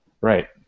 Right